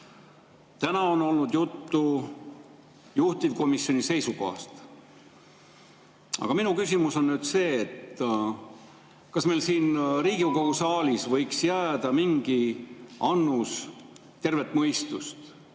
Täna on juttu olnud juhtivkomisjoni seisukohast. Aga minu küsimus on nüüd see, kas meil siin Riigikogu saalis võiks jääda mingi annus tervet mõistust